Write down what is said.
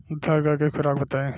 दुधारू गाय के खुराक बताई?